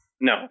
No